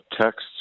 texts